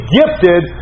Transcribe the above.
gifted